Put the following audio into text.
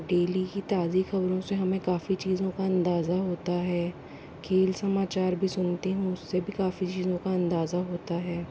daily की ताज़ी खबरों से हमें काफ़ी चीज़ों का अंदाजा होता है खेल समाचार भी सुनती हूँ उससे भी काफ़ी चीज़ों का अंदाजा होता है